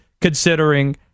considering